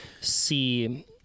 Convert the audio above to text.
see